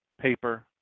paper